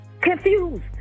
confused